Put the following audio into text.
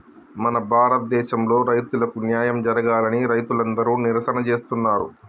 మన భారతదేసంలో రైతులకు న్యాయం జరగాలని రైతులందరు నిరసన చేస్తున్నరు